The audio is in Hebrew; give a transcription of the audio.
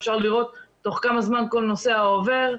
אפשר לראות תוך כמה זמן כל נוסע עובר.